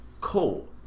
cool